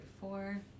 four